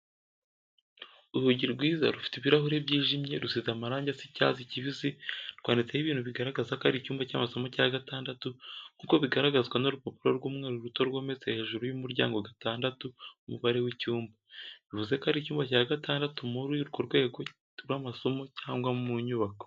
Urugi rwiza rufite ibirahuri byijimye rusize amarangi asa icyatsi kibisi rwanditseho ibintu bigaragaza ko ari icyumba cy'amasomo cya gatandatu nk'uko bigaragazwa n'urupapuro rw'umweru ruto rwometse hejuru y'umuryango gatandatu umubare w’icyumba, bivuze ko ari icyumba cya gatandatu muri urwo rwego rw’amasomo cyangwa mu nyubako.